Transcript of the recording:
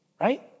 Right